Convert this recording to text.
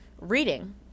reading